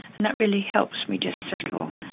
and that really helps me to settle.